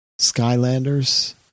Skylanders